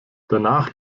danach